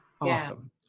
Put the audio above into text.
Awesome